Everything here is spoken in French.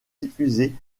diffusée